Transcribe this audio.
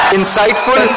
Insightful